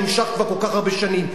שנמשך כבר כל כך הרבה שנים?